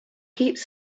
keeps